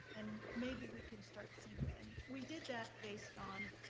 and maybe we can start seeing, and we did that based on